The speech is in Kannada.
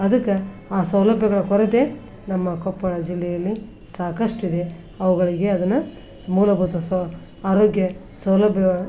ಅದಕ್ಕೆ ಆ ಸೌಲಭ್ಯಗಳ ಕೊರತೆ ನಮ್ಮ ಕೊಪ್ಪಳ ಜಿಲ್ಲೆಯಲ್ಲಿ ಸಾಕಷ್ಟು ಇದೆ ಅವುಗಳಿಗೆ ಅದನ್ನು ಸ್ ಮೂಲಭೂತ ಸೌ ಆರೋಗ್ಯ ಸೌಲಭ್ಯ